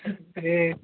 ते